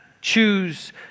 choose